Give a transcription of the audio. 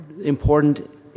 important